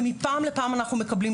ומפעם לפעם אנחנו מקבלים,